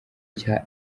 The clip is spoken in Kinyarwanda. cya